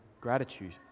gratitude